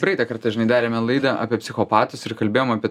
praeitą kartą žinai darėme laidą apie psichopatus ir kalbėjom apie